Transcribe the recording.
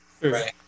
right